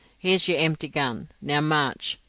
here's your empty gun. now march.